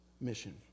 mission